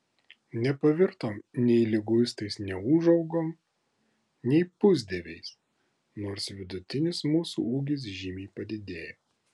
nepavirtom nei liguistais neūžaugom nei pusdieviais nors vidutinis mūsų ūgis žymiai padidėjo